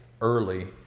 early